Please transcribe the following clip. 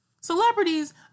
Celebrities